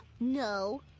No